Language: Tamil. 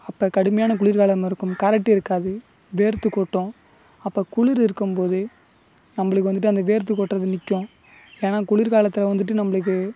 அப்போ கடுமையான குளிர்காலமாக இருக்கும் கரண்ட் இருக்காது வேர்த்துக் கொட்டும் அப்போ குளிர் இருக்கும் போது நம்மளுக்கு வந்துட்டு அந்த வேர்த்துக் கொட்டுகிறது நிற்கும் ஏன்னால் குளிர்காலத்தில் வந்துட்டு நம்மளுக்கு